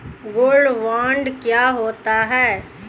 Gold bond क्या होता है?